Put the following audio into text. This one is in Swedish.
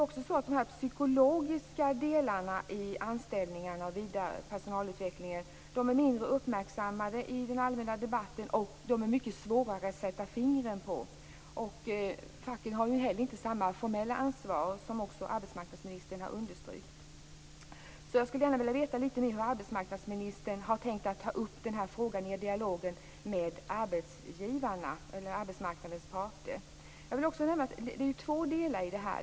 De psykologiska delarna i anställningarna och personalutvecklingen är mindre uppmärksammade i den allmänna debatten, och de är svårare att sätta fingret på. Facken har inte heller samma formella ansvar, som också arbetsmarknadsministern har strukit under. Jag skulle vilja veta litet mer hur arbetsmarknadsministern hade tänkt att ta upp frågan i dialogen med arbetsmarknadens parter. Det finns två delar i det hela.